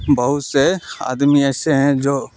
بہت سے آدمی ایسے ہیں جو